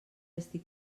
estic